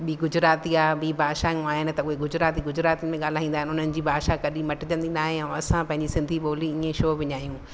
ॿी गुजराती आहे ॿियूं भाषाऊं आहिनि त उहे गुजराती गुजरात में ॻाल्हाईंदा आहिनि उन्हनि जी भाषा कॾहिं मटिजंदी नाहे ऐं असां पंहिंजी सिंधी ॿोली इएं छो विञायूं